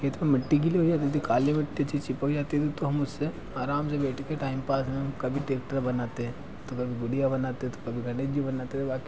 खेत को मिट्टी गीली हो जाती थी काली मिट्टी थी चिपक जाती थी तो हम उससे आराम से बेठकर टाइम पास में हम कभी टेक्टर बनाते तो कभी गुड़िया बनाते थे कभी गणेश जी बनाते थे बाक़ी